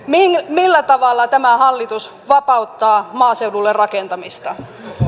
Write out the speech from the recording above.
millä tavalla tämä hallitus vapauttaa maaseudulle rakentamista